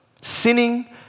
sinning